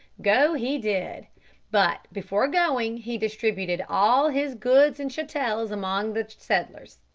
go he did but before going he distributed all his goods and chattels among the settlers.